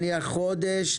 נניח חודש,